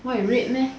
what you read meh